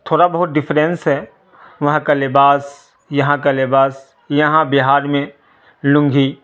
تھوڑا بہت ڈفرینس ہے وہاں کا لباس یہاں کا لباس یہاں بہار میں لنگھی